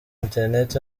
internet